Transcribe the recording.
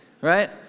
right